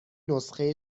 نسخه